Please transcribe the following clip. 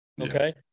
okay